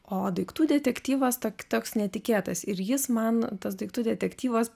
o daiktų detektyvas tok toks netikėtas ir jis man tas daiktų detektyvas